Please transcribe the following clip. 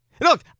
Look